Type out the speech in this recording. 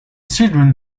children